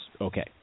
okay